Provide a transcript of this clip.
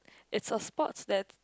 it's a sports that